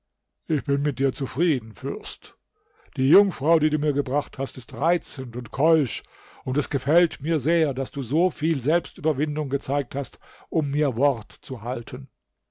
ich bin mit dir zufrieden fürst die jungfrau die du mir gebracht hast ist reizend und keusch und es gefällt mir sehr daß du so viel selbstüberwindung gezeigt hast um mir wort zu halten